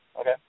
Okay